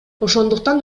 ошондуктан